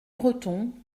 breton